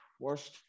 Worst